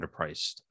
underpriced